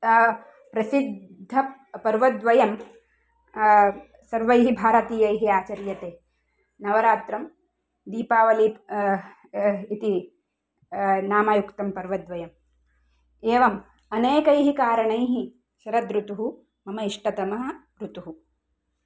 प्रसिद्ध पर्वद्वयं सर्वैः भारतीयैः आचर्यते नवरात्रं दीपावलि इति नाम उक्तं पर्वद्वयं एवम् अनेकैः कारणैः शरद् ऋतुः मम इष्टतमः ऋतुः